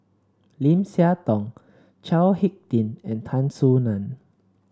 Lim Siah Tong Chao HicK Tin and Tan Soo Nan